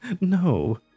No